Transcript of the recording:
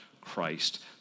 Christ